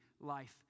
life